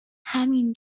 همین